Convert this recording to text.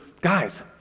guys